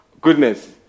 goodness